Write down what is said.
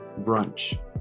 brunch